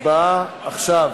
הצבעה עכשיו.